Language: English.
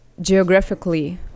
geographically